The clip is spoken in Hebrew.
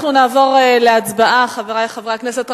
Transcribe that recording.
אנחנו נעבור להצבעה, חברי חברי הכנסת.